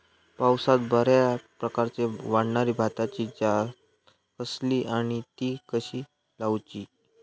पावसात बऱ्याप्रकारे वाढणारी भाताची जात कसली आणि ती कशी लाऊची?